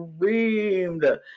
dreamed